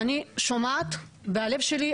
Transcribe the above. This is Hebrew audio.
ואני שומעת והלב שלי,